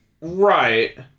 Right